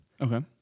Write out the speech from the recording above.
Okay